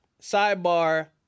Sidebar